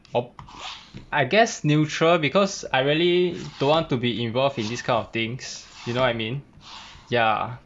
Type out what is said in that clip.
err I guess neutral because I really don't want to be involved in these kind of things you know what I mean ya